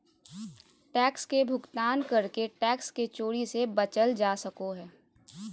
tax के भुगतान करके टैक्स के चोरी से बचल जा सको हय